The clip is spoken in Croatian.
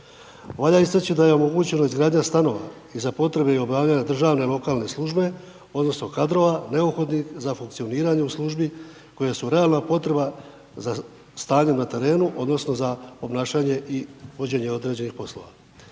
Valja isteći da je omogućena izgradnja stanova i za potrebe obavljanja državne, lokalne službe, odnosno, kadrova neophodnih za funkcioniranje u službi, koja su realna potreba za stanje na terenu, odnosno, za obnašanje i uvođenje određenih poslova.